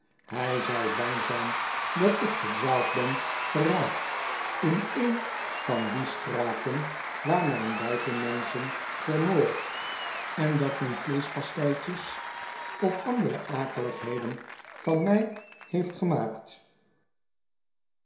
hij zal bang zijn dat ik verdwaald ben geraakt in een van die straten waar men buitenmenschen vermoordt en dat men vleeschpasteitjes of andere akeligheden van mij heeft gemaakt